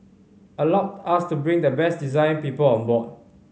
allowed us to bring the best design people on board